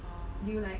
oh